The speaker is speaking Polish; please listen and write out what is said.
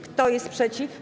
Kto jest przeciw?